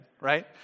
right